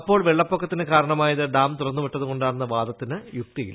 അപ്പോൾ വെള്ളപ്പൊക്കത്തിനു കാരണമായത് ഡാം ് തുറന്നുവിട്ടതുകൊണ്ടാണെന്ന വാദത്തിന് യുക്തിയില്ല